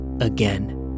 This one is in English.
again